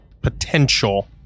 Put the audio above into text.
potential